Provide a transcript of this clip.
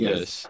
Yes